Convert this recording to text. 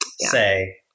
say